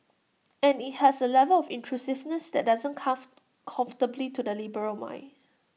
and IT has A level of intrusiveness that doesn't come comfortably to the liberal mind